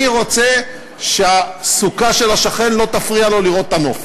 רוצה שהסוכה של השכן לא תפריע לו לראות את הנוף,